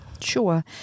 Sure